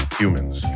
humans